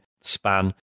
span